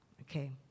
Okay